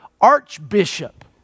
archbishop